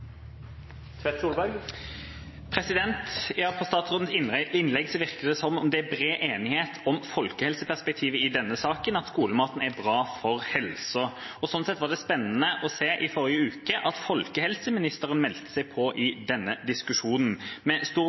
bred enighet om folkehelseperspektivet i denne saken, at skolemat er bra for helsa. Sånn sett var det spennende å se i forrige uke at folkehelseministeren meldte seg på i denne diskusjonen. Med stor